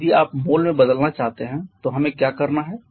अब यदि आप मोल में बदलना चाहते हैं तो हमें क्या करना है